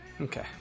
Okay